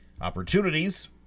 Opportunities